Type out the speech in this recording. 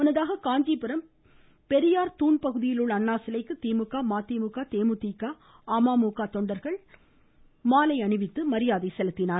முன்னதாக காஞ்சிபுரம் பெரியார் தூண் பகுதியில் உள்ள அண்ணா சிலைக்கு திமுக மதிமுக தேமுதிக அமமுக தொண்டர்கள் மாலை அணிவித்து மரியாதை செலுத்தினர்